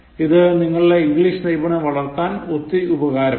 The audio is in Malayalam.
ഇത് നിങ്ങളുടെ ഇംഗ്ലീഷ് നൈപുണ്യം വളർത്താൻ ഒത്തിരി ഉപകാരപ്പെടും